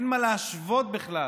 אין מה להשוות בכלל